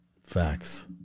facts